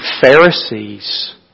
Pharisees